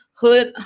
hood